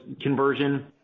conversion